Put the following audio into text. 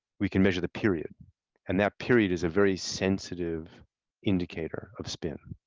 we can measure the period and that period is a very sensitive indicator of spin.